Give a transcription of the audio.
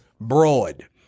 broad